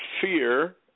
Fear